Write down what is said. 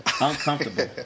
Uncomfortable